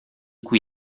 cui